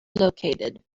located